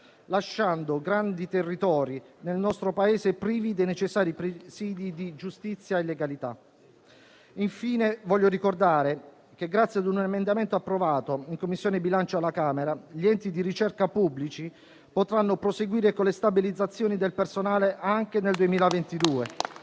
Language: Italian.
lasciando grandi territori nel nostro Paese privi dei necessari presidi di giustizia e legalità. Infine, voglio ricordare che, grazie a un emendamento approvato in Commissione bilancio alla Camera, gli enti di ricerca pubblici potranno proseguire con le stabilizzazioni del personale anche nel 2022.